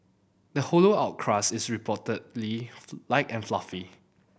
the hollowed out crust is reportedly light and fluffy